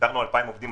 פיטרנו 2,000 עובדים,